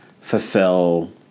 fulfill